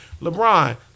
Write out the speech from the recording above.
lebron